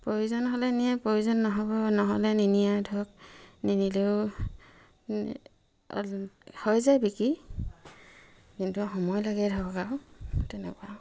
প্ৰয়োজন হ'লে নিয়ে প্ৰয়োজন নহ'ব নহ'লে নিনিয়ে ধৰক নিনিলেও হৈ যায় বিক্ৰী কিন্তু সময় লাগে ধৰক আৰু তেনেকুৱা